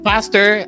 faster